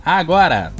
agora